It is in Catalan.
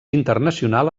internacional